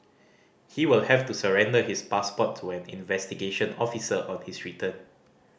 he will have to surrender his passport to an investigation officer on his return